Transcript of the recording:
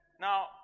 Now